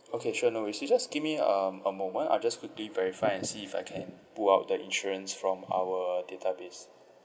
okay sure no worries you just give me um a moment I'll just quickly verify and see if I can pull out the insurance from our database